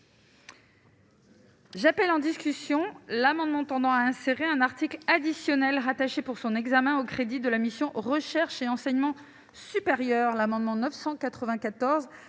J'appelle en discussion l'amendement tendant à insérer un article additionnel, qui est rattaché pour son examen aux crédits de la mission « Recherche et enseignement supérieur ». L'amendement n°